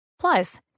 Plus